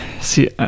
see